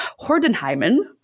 Hordenheimen